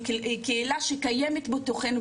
זו קהילה שקיימת בתוכנו.